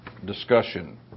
Discussion